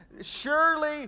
Surely